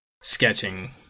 sketching